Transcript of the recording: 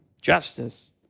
justice